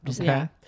Okay